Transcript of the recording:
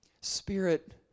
Spirit